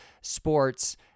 sports